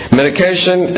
Medication